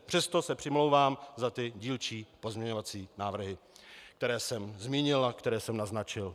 Přesto se přimlouvám za ty dílčí pozměňovací návrhy, které jsem zmínil a které jsem naznačil.